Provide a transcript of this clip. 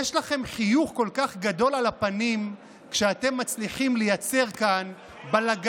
יש לכם חיוך כל כך גדול על הפנים כשאתם מצליחים לייצר כאן בלגן,